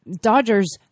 Dodgers